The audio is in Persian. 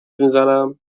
میزنم